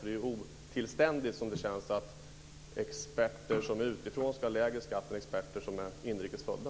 Det är otillständigt att experter som kommer utifrån ska ha lägre skatt än experter som är inrikes födda.